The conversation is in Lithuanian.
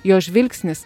jo žvilgsnis